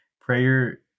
Prayer